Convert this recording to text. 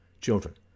children